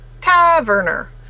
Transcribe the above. Taverner